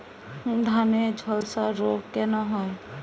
ধানে ঝলসা রোগ কেন হয়?